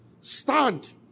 Stand